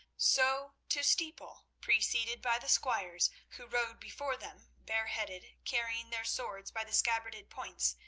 so to steeple, preceded by the squires, who rode before them bareheaded, carrying their swords by the scabbarded points,